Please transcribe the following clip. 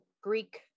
greek